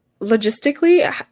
logistically